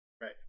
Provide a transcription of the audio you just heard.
right